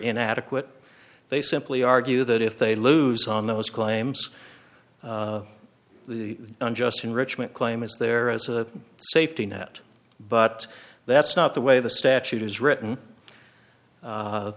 inadequate they simply argue that if they lose on those claims the unjust enrichment claim is there as a safety net but that's not the way the statute is written